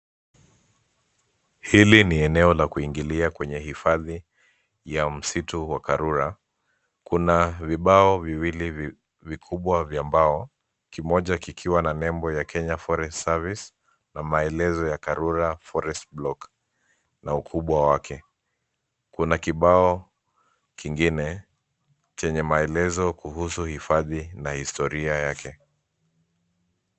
Hili ni eneo la kuingilia kwenye hifadhi ya msitu wa Karura. Kuna vibao viwili vi vikubwa vya mbao, kimoja kikiwa na label ya Karura Forest Service na maelezo ya Karura forest block na ukubwa wake. Kuna kibao kingine chenye maelezo kuhusu hifadhi na historia yake.